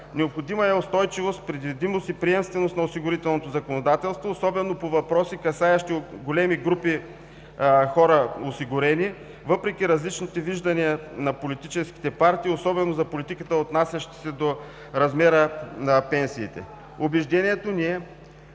Необходима е устойчивост, предвидимост и приемственост на осигурителното законодателство, особено по въпроси, касаещи големи групи осигурени хора въпреки различните виждания на политическите партии, особено по политиката, отнасяща се до размера на пенсиите. Убеждението ни е,